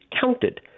counted